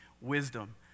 wisdom